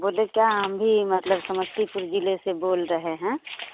बोलिए क्या हम भी मतलब समस्तीपुर ज़िले से बोल रहे हैं